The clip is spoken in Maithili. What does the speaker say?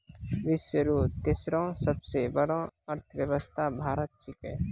विश्व रो तेसरो सबसे बड़ो अर्थव्यवस्था भारत छिकै